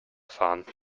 fahren